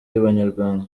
banyarwanda